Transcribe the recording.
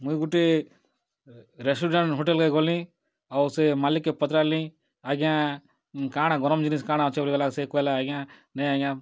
ମୁଁ ଗୋଟିଏ ରେଷ୍ଟୁରାଣ୍ଟ ହୋଟେଲକେ ଗଲି ଆଉ ସେ ମାଲିକକେ ପଚାରିଲି ଆଜ୍ଞା କାଣା ଗରମ ଜିନିଷ କାଣା ଅଛି ବୋଇଲେ ସେ କହିଲା ଆଜ୍ଞା ନାହିଁ ଆଜ୍ଞା